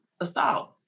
assault